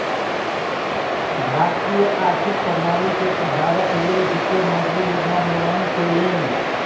भारतीय आर्थिक प्रणाली के सुधारक लेल वित्त मंत्री योजना निर्माण कयलैन